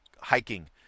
hiking